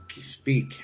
speak